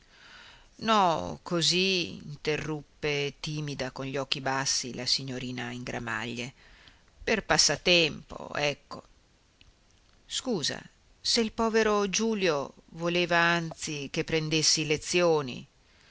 no così interruppe timida con gli occhi bassi la signorina in gramaglie per passatempo ecco scusa se il povero giulio voleva anzi che prendessi lezioni